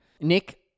Nick